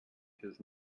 his